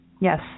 Yes